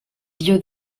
dieux